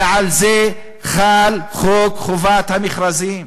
ועל זה חל חוק חובת המכרזים.